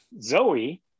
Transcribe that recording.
zoe